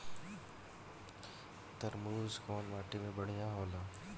तरबूज कउन माटी पर बढ़ीया होला?